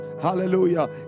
Hallelujah